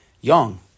young